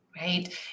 Right